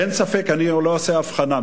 אין ספק, אני לא עושה הבחנה.